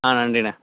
ஆ நன்றிண்ணா